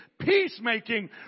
Peacemaking